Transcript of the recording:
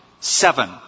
Seven